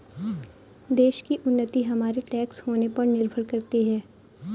देश की उन्नति हमारे टैक्स देने पर निर्भर करती है